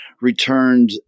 returned